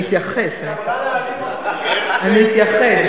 אני אתייחס, אני אתייחס.